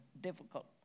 difficult